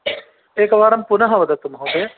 एकवारं पुनः वदतु महोदय